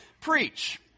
preach